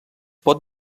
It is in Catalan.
pot